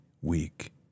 weak